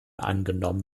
angenommen